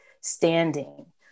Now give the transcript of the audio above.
standing